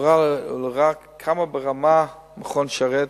הוא ראה את הרמה במכון "שרת",